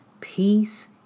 Peace